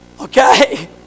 Okay